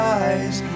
eyes